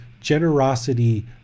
generosity